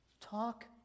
Talk